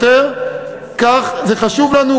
זה חשוב לנו,